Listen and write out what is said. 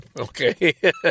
okay